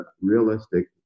realistic